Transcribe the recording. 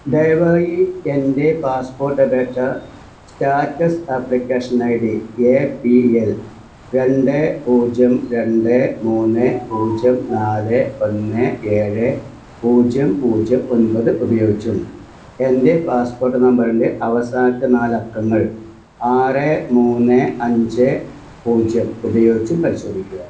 ദയവായി എന്റെ പാസ്പോർട്ട് അപേക്ഷ status application I D A P L രണ്ട് പൂജ്യം രണ്ട് മൂന്ന് പൂജ്യം നാല് ഒന്ന് ഏഴ് പൂജ്യം പൂജ്യം ഒൻപത് ഉപയോഗിച്ചും എന്റെ പാസ്പോർട്ട് നമ്പറിന്റെ അവസാനത്തെ നാല് അക്കങ്ങൾ ആറ് മൂന്ന് അഞ്ച് പൂജ്യം ഉപയോഗിച്ചും പരിശോധിക്കുക